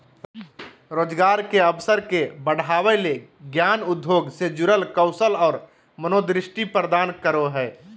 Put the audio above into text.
रोजगार के अवसर के बढ़ावय ले ज्ञान उद्योग से जुड़ल कौशल और मनोदृष्टि प्रदान करो हइ